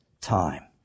time